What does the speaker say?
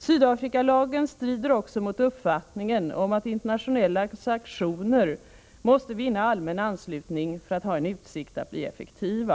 Sydafrikalagen strider också mot uppfattningen om att internationella sanktioner måste vinna allmän anslutning för att ha en utsikt att bli effektiva.